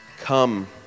Come